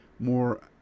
more